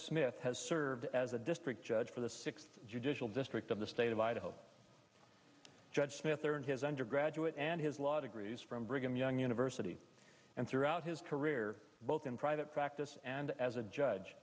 smith has served as a district judge for the sixth judicial district of the state of idaho judge smith there in his undergraduate and his law degrees from brigham young university and throughout his career both in private practice and as a judge